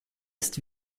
ist